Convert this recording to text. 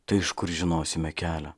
tai iš kur žinosime kelią